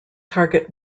target